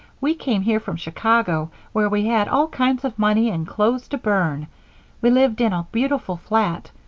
we came here from chicago where we had all kinds of money, and clothes to burn we lived in a beautiful flat.